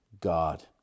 god